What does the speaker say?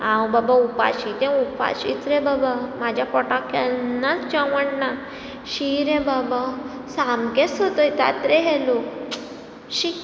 हांव बाबा उपाशीं तें उपाशींच रे बाबा म्हज्या पोटाक केन्नाच जेवण ना शी रे बाबा सामकेंच सतयतात रे हे लोक शी